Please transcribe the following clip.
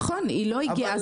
נכון, היא לא הגיעה.